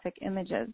images